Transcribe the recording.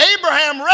Abraham